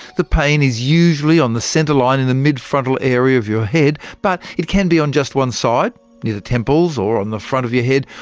the pain is usually on the centre line in the mid-frontal area of your head, but it can be on just one side near the temples, or on the front of your head,